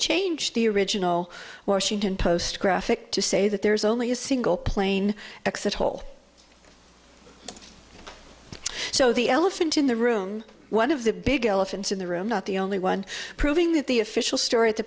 changed the original washington post graphic to say that there is only a single plane exit hole so the elephant in the room one of the big elephant in the room not the only one proving that the official story at the